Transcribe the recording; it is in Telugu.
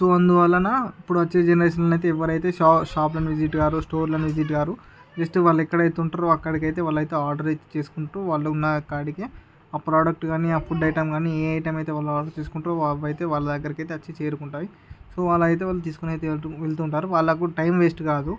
సో అందువలన ఇప్పుడు వచ్చే జనరేషన్లో అయితే ఎవరైతే షా షాప్లను విజిట్ కారు స్టోర్లను విజిట్ కారు జస్ట్ వాళ్ళు ఎక్కడైతే ఉంటారో అక్కడికి అయితే వాళ్లయితే ఆర్డర్ని చేసుకుంటూ వాళ్లు ఉన్న కాడికి ఆ ప్రోడక్ట్ కానీ ఆ ఫుడ్ ఐటమ్ అయితే కానీ ఏ ఐటమ్ కావాలో తీసుకుంటూ అవి అయితే వాళ్ల దగ్గరికి వచ్చి అయితే చేరుకుంటాయి సో వాళ్లయితే వాళ్లు తీసుకొని వెళ్తుంటారు వాళ్లకు కూడా టైం వేస్ట్ కాదు